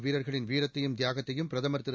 வீரர்களின் வீரத்தையும் தியாகத்தையும் பிரதமர் திரு